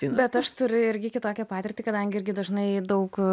bet aš turiu irgi kitokią patirtį kadangi irgi dažnai daug